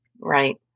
Right